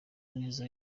nizzo